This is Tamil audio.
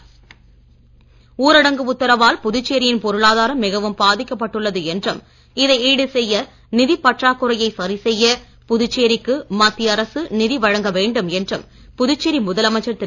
நாராயணசாமி ஊரடங்கு உத்தரவால் புதுச்சேரியின் பொருளாதாரம் மிகவும் பாதிக்கப்பட்டுள்ளது என்றும் இதை ஈடுசெய்ய நிதிப் பற்றாக்குறையை சரிசெய்ய புதுச்சேரிக்கு மத்திய அரசு நிதி வழங்க வேண்டும் என்றும் புதுச்சேரி முதல் அமைச்சர் திரு